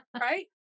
right